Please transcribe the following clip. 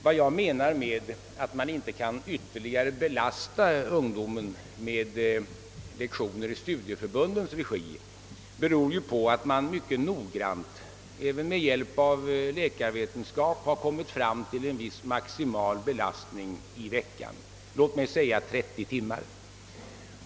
Vad jag menar med att man inte ytterligare kan belasta ungdomen med lektioner i studieförbundens regi är att man mycket noggrant, även med hjälp av läkarvetenskap, har fastställt en viss maximibelastning i veckan, låt mig säga 30 timmar.